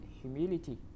humility